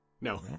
No